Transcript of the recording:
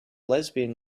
lesbian